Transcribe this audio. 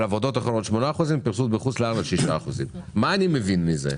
על עבודות אחרות 8% ועל פרסום בחו"ל 6%. מה אני מבין מזה?